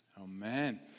Amen